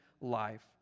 life